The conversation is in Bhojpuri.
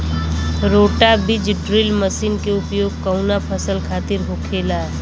रोटा बिज ड्रिल मशीन के उपयोग कऊना फसल खातिर होखेला?